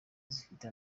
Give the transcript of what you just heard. zifite